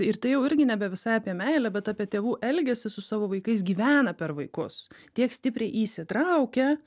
ir tai jau irgi nebe visai apie meilę bet apie tėvų elgesį su savo vaikais gyvena per vaikus tiek stipriai įsitraukia